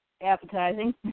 appetizing